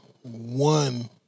one